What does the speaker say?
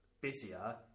busier